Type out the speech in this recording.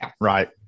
right